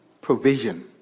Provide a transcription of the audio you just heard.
provision